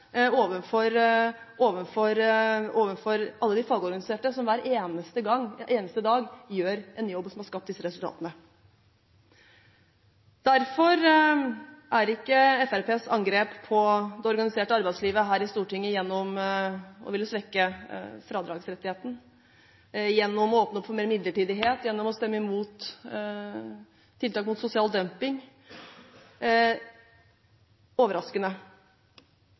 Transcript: alle de fagorganiserte, som hver eneste dag gjør en jobb som har skapt disse resultatene. Derfor er ikke Fremskrittspartiets angrep her i Stortinget på det organiserte arbeidslivet – gjennom å ville svekke fradragsrettigheten, gjennom å åpne opp for mer midlertidighet, gjennom å stemme imot tiltak mot sosial dumping – overraskende.